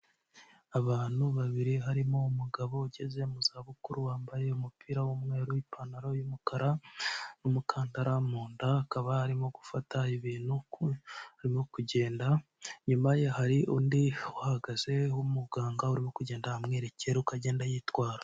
Abantu babiri harimo umugabo ugeze mu zabukuru wambaye umupira w'umweru n'ipantaro y'umukara n'umukandara mu nda, akaba arimo gufata ibintu arimo kugenda, inyuma ye hari undi uhahagaze w'umuganga urimo kugenda amwerekera uko agenda yitwara.